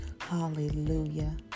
Hallelujah